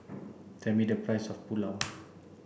tell me the price of Pulao